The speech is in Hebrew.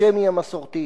האנטישמי המסורתי,